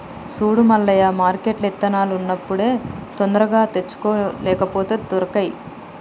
సూడు మల్లయ్య మార్కెట్ల ఇత్తనాలు ఉన్నప్పుడే తొందరగా తెచ్చుకో లేపోతే దొరకై